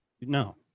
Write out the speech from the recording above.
no